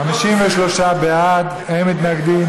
53 נגד,